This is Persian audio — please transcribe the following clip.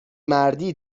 مردی